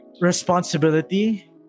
responsibility